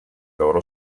loro